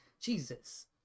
Jesus